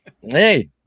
hey